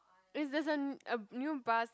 is there's a n~ a new bus